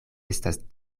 estas